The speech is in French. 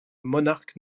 monarque